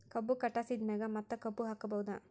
ಕಬ್ಬು ಕಟಾಸಿದ್ ಮ್ಯಾಗ ಮತ್ತ ಕಬ್ಬು ಹಾಕಬಹುದಾ?